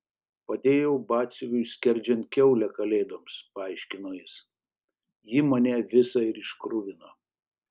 padėjau batsiuviui skerdžiant kiaulę kalėdoms paaiškino jis ji mane visą ir iškruvino